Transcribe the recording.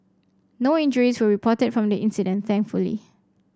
no injuries were reported from the incident thankfully